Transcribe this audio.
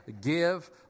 give